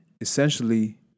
essentially